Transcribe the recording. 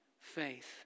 faith